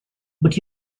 but